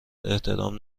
احترام